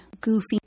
goofy